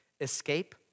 escape